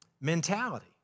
mentality